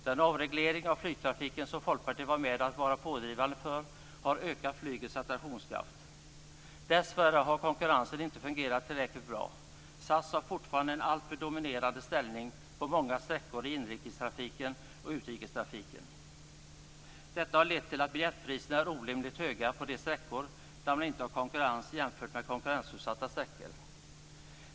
Den avreglering av flygtrafiken som Folkpartiet var med om att vara pådrivande för har ökat flygets attraktionskraft. Dessvärre har konkurrensen inte fungerat tillräckligt bra. SAS har fortfarande en alltför dominerande ställning på många sträckor i inrikestrafiken och utrikestrafiken. Detta har lett till att biljettpriserna är orimligt höga på de sträckor där man inte har konkurrens jämfört med konkurrensutsatta sträckor.